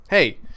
Hey